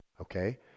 okay